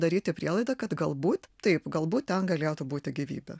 daryti prielaidą kad galbūt taip galbūt ten galėtų būti gyvybė